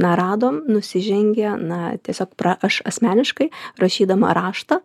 na radom nusižengė na tiesiog pra aš asmeniškai rašydama raštą